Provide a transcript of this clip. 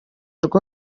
rwo